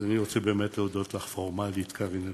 אז אני באמת רוצה להודות לך פורמלית, קארין אלהרר.